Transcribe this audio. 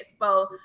Expo